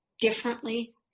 differently